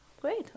Great